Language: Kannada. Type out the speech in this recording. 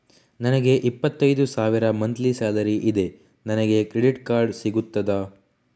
ನನಗೆ ಇಪ್ಪತ್ತೈದು ಸಾವಿರ ಮಂತ್ಲಿ ಸಾಲರಿ ಇದೆ, ನನಗೆ ಕ್ರೆಡಿಟ್ ಕಾರ್ಡ್ ಸಿಗುತ್ತದಾ?